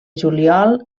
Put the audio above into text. juliol